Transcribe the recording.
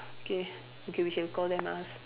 okay okay we shall call them ask